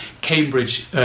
Cambridge